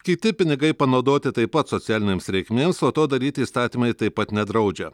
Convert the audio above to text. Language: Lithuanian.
kiti pinigai panaudoti taip pat socialinėms reikmėms o to daryti įstatymai taip pat nedraudžia